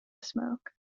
smoke